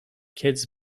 kids